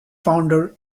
founder